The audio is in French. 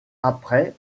après